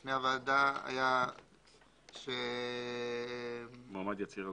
בפני הוועדה היה שמועמד יצהיר על